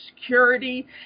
Security